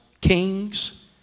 kings